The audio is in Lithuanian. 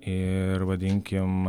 ir vadinkim